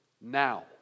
now